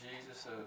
Jesus